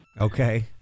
Okay